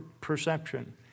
perception